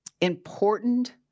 important